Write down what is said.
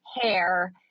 hair